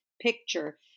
picture